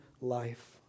life